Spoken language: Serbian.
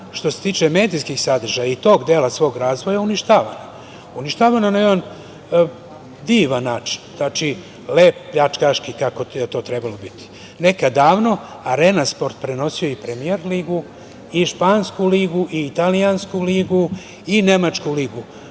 što se tiče medijskih sadržaja i tog dela svog razvoja uništavana. Uništavana na jedan divan način, znači, lep pljačkaški, kako je to trebalo biti, nekada davno, „Arena sport“ prenosio je premijer ligu, i špansku ligu, i italijansku ligu, i nemačku ligu.